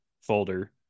folder